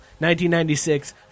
1996